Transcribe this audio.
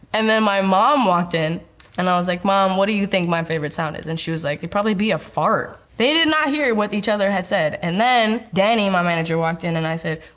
and then my mom walked in and i was like, mom, what do you think my favorite sound is, and she was like, it'd probably be a fart. they did not hear what each other had said, and then danny, my manager walked in, and i said,